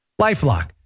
LifeLock